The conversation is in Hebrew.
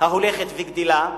ההולכת וגדלה,